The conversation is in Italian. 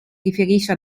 riferisce